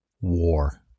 War